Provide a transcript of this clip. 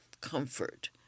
comfort